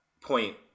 point